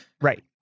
right